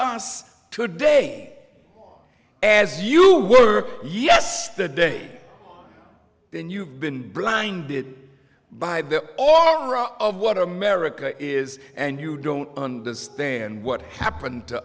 us today as you were yes the day then you've been blinded by them all rot of what america is and you don't understand what happened to